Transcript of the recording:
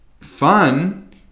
fun